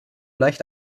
leicht